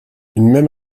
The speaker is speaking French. même